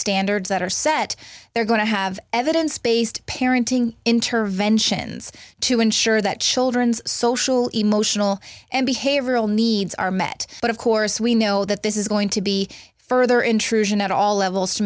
standards that are set they're going to have evidence based parenting interventions to ensure that children's social emotional and behavioral needs are met but of course we know that this is going to be further intrusion at all levels to